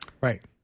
Right